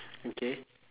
okay